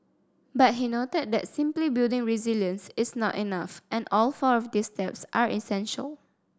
but he noted that simply building resilience is not enough and all four of these steps are essential